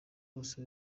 bose